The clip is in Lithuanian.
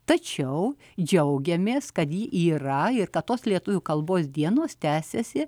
tačiau džiaugiamės kad ji yra ir kad tos lietuvių kalbos dienos tęsiasi